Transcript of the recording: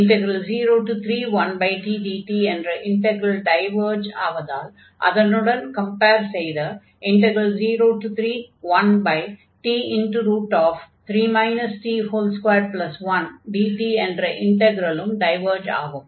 031tdt என்ற integral diverge ஆவதால் அதனுடன் கம்பேர் செய்த 031t3 t21dt என்ற இன்டக்ரலும் டைவர்ஜ் ஆகும்